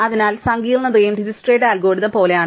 അതിനാൽ സങ്കീർണ്ണതയും ഡിജക്സ്ട്രയുടെ അൽഗോരിതം പോലെയാണ്